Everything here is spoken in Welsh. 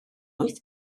wyth